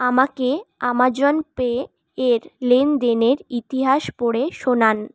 আমাকে আমাজন পেয়ের লেনদেনের ইতিহাস পড়ে শোনান